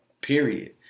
period